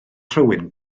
rhywun